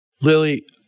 Lily